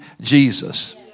Jesus